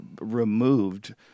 removed